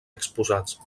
exposats